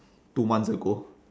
two months ago